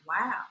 wow